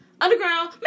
Underground